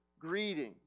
Greeting